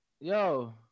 yo